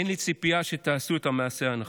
אין לי ציפייה שתעשו את המעשה הנכון.